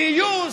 גיוס,